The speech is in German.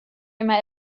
immer